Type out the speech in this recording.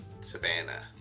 savannah